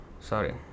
Sorry